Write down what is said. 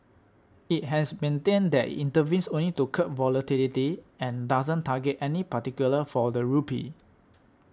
it has maintained that it intervenes only to curb volatility and doesn't target any particular for the rupee